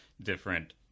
different